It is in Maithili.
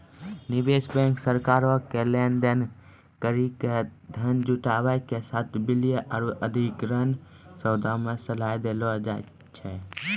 निवेश बैंक सरकारो के लेन देन करि के धन जुटाबै के साथे विलय आरु अधिग्रहण सौदा मे सलाह सेहो दै छै